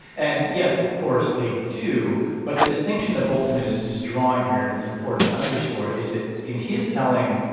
and yes, of course they do. but the distinction that bolton is is drawing here, and it's important to underscore, is that in his telling,